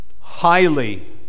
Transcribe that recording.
highly